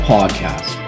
Podcast